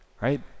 right